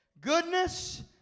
Goodness